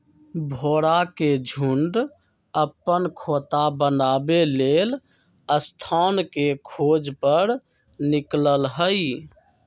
भौरा के झुण्ड अप्पन खोता बनाबे लेल स्थान के खोज पर निकलल हइ